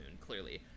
clearly